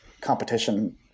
competition